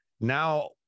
now